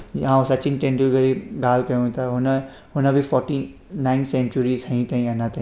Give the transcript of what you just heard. या ऐं सचिन तेंदुलकर जी ॻाल्हि कयूं त हुन हुन बि फोटी नाइन सैंचुरीस हणी अथई अञा ताईं